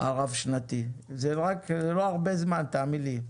הרב שנתי, זה לא הרבה זמן, תאמין לי.